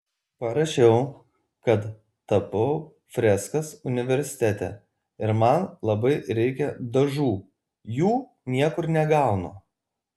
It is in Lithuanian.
parašiau kad tapau freskas universitete ir man labai reikia dažų jų niekur negaunu